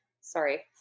sorry